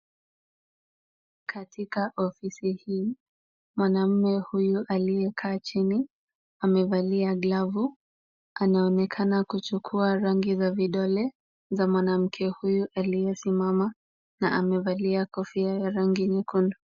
Katika ofisi hii, mwanaume huyu aliyekaa chini amevalia glavu. Anaonekana kuchukua rangi za vidole za mwanamke huyu aliyesimama na amevalia kofia la rangi nyekundu.